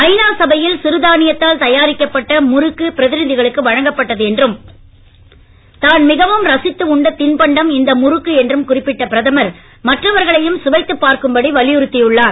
ஐநா சபையில் சிறுதானியத்தால் தயாரிக்கப்பட்ட முறுக்கு பிரதிநிதிகளுக்கு வழங்கப்பட்டது என்றும் தான் மிகவும் ரசித்து உண்ட தின்பண்டம் இந்த முறுக்கு என்று குறிப்பிட்ட பிரதமர் மற்றவர்களையும் சுவைத்து பார்க்கும் படி வலியுறுத்தி உள்ளார்